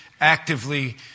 actively